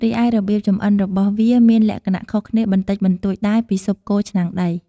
រីឯរបៀបចម្អិនរបស់វាមានលក្ខណៈខុសគ្នាបន្តិចបន្តួចដែរពីស៊ុបគោឆ្នាំងដី។